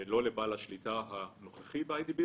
- לא לבעל השליטה הנוכחי באי די בי,